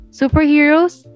superheroes